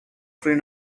free